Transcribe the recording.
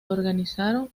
organizaron